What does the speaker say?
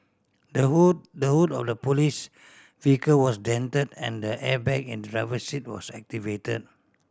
the hood the hood of the police vehicle was dented and the airbag in the driver seat was activate